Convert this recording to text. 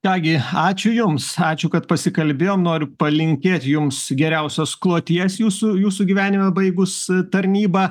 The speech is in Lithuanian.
ką gi ačiū jums ačiū kad pasikalbėjom noriu palinkėt jums geriausios kloties jūsų jūsų gyvenime baigus tarnybą